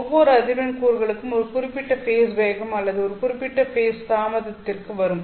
ஒவ்வொரு அதிர்வெண் கூறுகளும் ஒரு குறிப்பிட்ட ஃபேஸ் வேகம் அல்லது ஒரு குறிப்பிட்ட ஃபேஸ் தாமதத்திற்கு வரும்